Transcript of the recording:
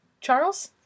Charles